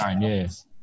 Yes